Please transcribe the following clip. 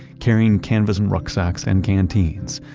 carrying canvas and rucksacks and canteens.